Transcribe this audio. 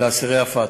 לאסירי ה"פתח",